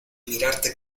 mirarte